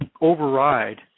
override